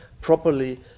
properly